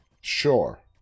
Sure